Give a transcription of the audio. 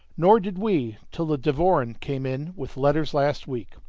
nor did we till the devoren came in with letters last week,